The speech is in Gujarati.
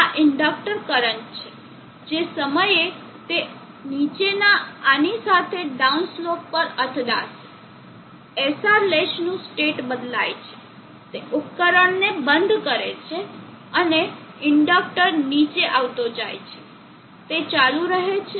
આ ઇન્ડક્ટર કરંટ છે જે સમયે તે નીચેના આની સાથે ડાઉન સ્લોપ પર અથડાશે SR લેચ નું સ્ટેટ બદલાય છે તે ઉપકરણને બંધ કરે છે અને ઇન્ડક્ટર નીચે આવતો જાય છે તે ચાલુ રહે છે